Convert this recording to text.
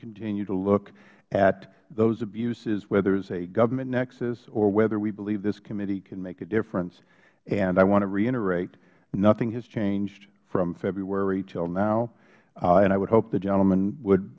continue to look at those abuses whether there is a government nexus or whether we believe this committee can make a difference and i want to reiterate nothing has changed from february until now and i would hope the gentleman would